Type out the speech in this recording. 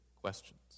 questions